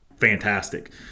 fantastic